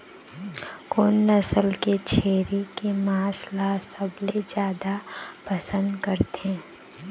कोन नसल के छेरी के मांस ला सबले जादा पसंद करथे?